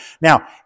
Now